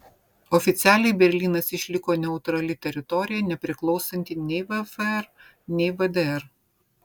oficialiai berlynas išliko neutrali teritorija nepriklausanti nei vfr nei vdr